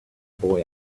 boy